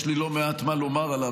יש לי לא מעט מה לומר עליו,